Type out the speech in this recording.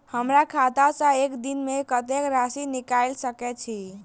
हमरा खाता सऽ एक दिन मे कतेक राशि निकाइल सकै छी